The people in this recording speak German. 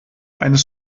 eines